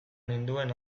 ninduen